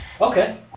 Okay